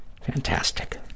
Fantastic